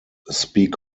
speak